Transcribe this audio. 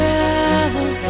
Travel